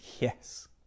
Yes